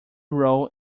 role